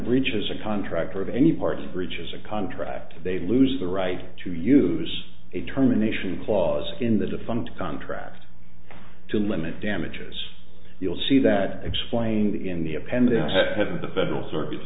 reaches a contractor of any party breaches a contract they lose the right to use a terminations clause in the defunct contract to limit damages you'll see that explained in the appendix had the federal circuit